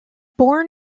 born